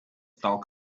talk